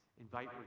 invite